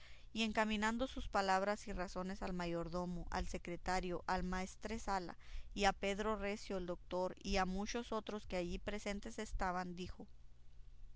y encaminando sus palabras y razones al mayordomo al secretario al maestresala y a pedro recio el doctor y a otros muchos que allí presentes estaban dijo